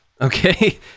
Okay